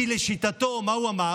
כי לשיטתו, מה הוא אמר?